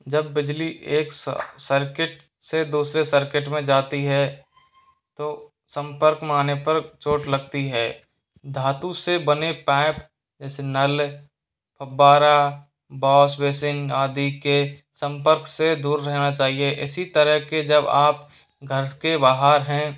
जब बिजली एक स सर सर्किट से दूसरे सर्किट में जाती है तो संपर्क में आने पर चोट लगती है धातु से बने पैप जैसे नल फ़व्वारा वॉस बेसिन आदि के संपर्क से दूर रहना चाहिए इसी तरह के जब आप घर के बाहर हैं